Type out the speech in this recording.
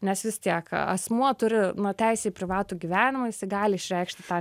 nes vis teka asmuo turi teisę į privatų gyvenimą visi gali išreikšti tą